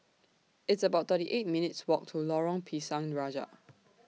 It's about thirty eight minutes' Walk to Lorong Pisang Raja